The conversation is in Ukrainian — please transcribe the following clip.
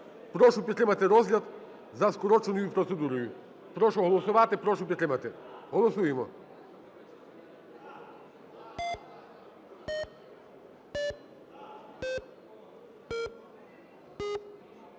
Прошу підтримати розгляд за скороченою процедурою. Прошу голосувати, прошу підтримати. Голосуємо.